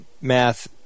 math